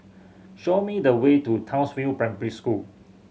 show me the way to Townsville Primary School